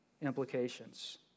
implications